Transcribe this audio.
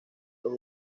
los